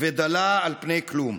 ודלה על פני כלום.